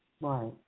Right